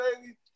baby